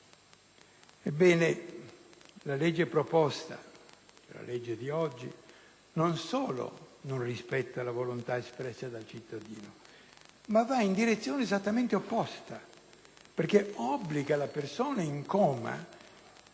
Ebbene, il testo al nostro esame non solo non rispetta la volontà espressa dal cittadino, ma va in direzione esattamente opposta, perché obbliga la persona in coma a